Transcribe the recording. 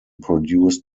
produced